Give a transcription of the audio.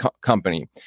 company